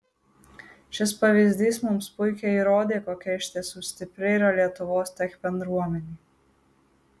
šis pavyzdys mums puikiai įrodė kokia iš tiesų stipri yra lietuvos tech bendruomenė